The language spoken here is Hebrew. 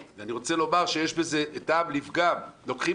ואני רוצה לומר שיש בזה טעם לפגם לוקחים